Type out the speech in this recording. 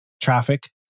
traffic